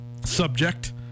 subject